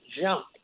jump